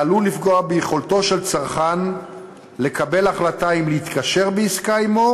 העלול לפגוע ביכולתו של צרכן לקבל החלטה אם להתקשר בעסקה עמו,